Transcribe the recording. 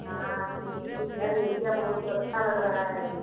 हाँ क्योंकि इधर एरिया बहुत अच्छा लग रहा है